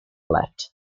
left